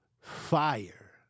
fire